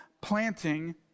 planting